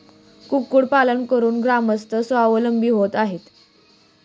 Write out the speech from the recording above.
कुक्कुटपालन करून ग्रामस्थ स्वावलंबी होत आहेत